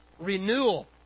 renewal